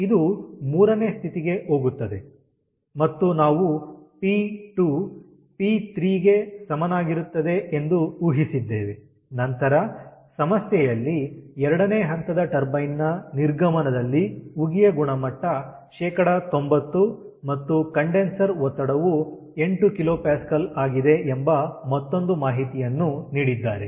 ಇದು 3ನೇ ಸ್ಥಿತಿಗೆ ಹೋಗುತ್ತದೆ ಮತ್ತು ನಾವು ಪಿ2 ಪಿ3 ಗೆ ಸಮನಾಗಿರುತ್ತದೆ ಎಂದು ಊಹಿಸಿದ್ದೇವೆ ನಂತರ ಸಮಸ್ಯೆಯಲ್ಲಿ ಎರಡನೇ ಹಂತದ ಟರ್ಬೈನ್ ನ ನಿರ್ಗಮನದಲ್ಲಿ ಉಗಿಯ ಗುಣಮಟ್ಟ 90 ಮತ್ತು ಕಂಡೆನ್ಸರ್ ಒತ್ತಡವು 8kpa ಆಗಿದೆ ಎಂಬ ಮತ್ತೊಂದು ಮಾಹಿತಿಯನ್ನು ನೀಡಿದ್ದಾರೆ